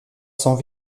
cents